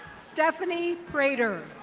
stephanie crater.